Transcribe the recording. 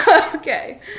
Okay